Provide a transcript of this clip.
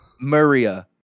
Maria